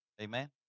Amen